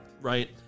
right